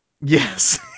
Yes